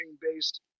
based